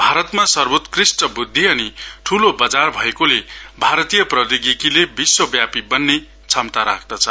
भारतमा सर्वोत्कृष्ट बुद्धि अनि ठूलो बजार भएकोले भारतीय प्रौधोगिकीले विश्वव्यापी बन्ने क्षमता राख्दछ